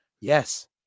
Yes